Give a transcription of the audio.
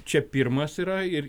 čia pirmas yra ir